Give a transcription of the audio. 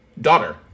daughter